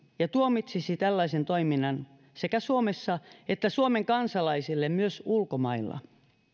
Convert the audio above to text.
ja tuomitsisi tällaisen toiminnan sekä suomessa että suomen kansalaisille myös ulkomailla